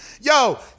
Yo